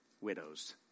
widows